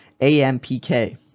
AMPK